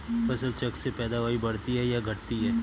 फसल चक्र से पैदावारी बढ़ती है या घटती है?